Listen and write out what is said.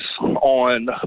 on